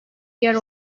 yer